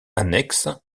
annexes